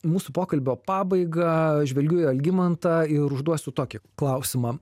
mūsų pokalbio pabaigą žvelgiu į algimantą ir užduosiu tokį klausimą